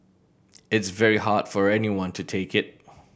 it's very hard for anyone to take it